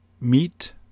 meet